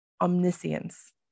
omniscience